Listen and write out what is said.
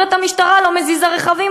וחברת חשמל אומרת: המשטרה לא מזיזה רכבים,